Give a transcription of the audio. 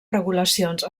regulacions